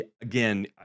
Again